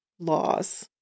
Laws